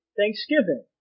thanksgiving